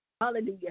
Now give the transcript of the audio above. Hallelujah